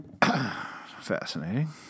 Fascinating